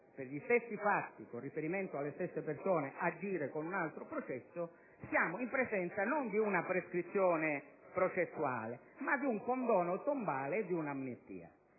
per gli stessi fatti, con riferimento alle stesse persone, ad agire con un altro processo, siamo in presenza non di una prescrizione processuale, ma di un condono tombale, di un'amnistia.